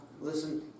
Listen